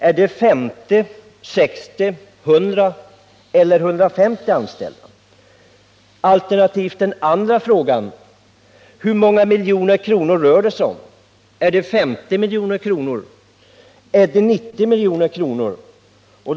Är det 50, 60, 100 eller 150 anställda som avses? Den andra frågan är: Hur många miljoner kronor rör det sig om? Är det 50 eller 90 milj.kr.?